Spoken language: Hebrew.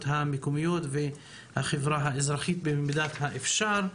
המקומיות והחברה האזרחית במידת האפשר.